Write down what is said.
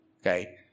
okay